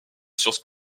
sciences